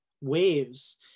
waves